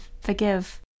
forgive